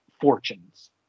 fortunes